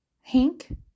Hank